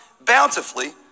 bountifully